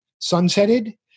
sunsetted